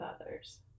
others